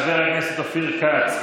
חבר הכנסת אופיר כץ,